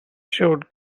showed